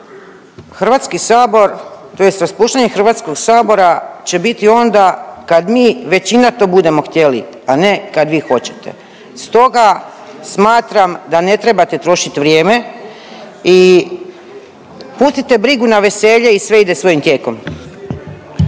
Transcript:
raspuštali HS, HS tj. raspuštanje HS će biti onda kad mi većina to budemo htjeli, a ne kad vi hoćete. Stoga smatram da ne trebate trošit vrijeme i pustite brigu na veselje i sve ide svojim tijekom.